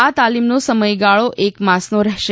આ તાલીમનો સમયગાળો એક માસનો રહેશે